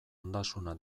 ondasuna